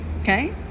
Okay